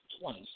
twice